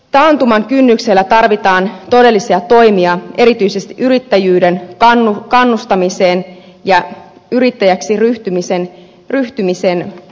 taantuman kynnyksellä tarvitaan todellisia toimia erityisesti yrittäjyyden kannustamiseen ja yrittäjäksi ryhtymisen edistämiseen